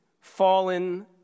fallen